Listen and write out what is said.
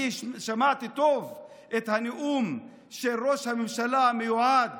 אני שמעתי טוב את הנאום של ראש הממשלה המיועד